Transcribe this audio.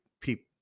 people